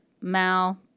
Mal